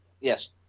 Yes